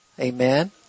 Amen